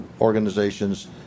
organizations